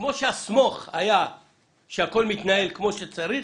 כמו שה"סמוך" היה שהכול מתנהל כמו שצריך,